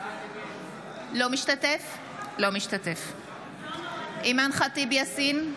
אינו משתתף בהצבעה אימאן ח'טיב יאסין,